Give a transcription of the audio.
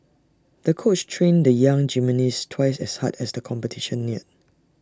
the coach trained the young gymnast twice as hard as the competition neared